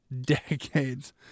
Decades